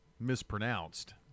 mispronounced